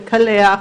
לקלח,